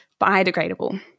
biodegradable